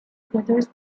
brothers